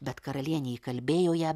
bet karalienė įkalbėjo ją